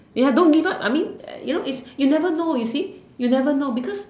ya don't give up I mean you know it's you'll never know you see you'll never know because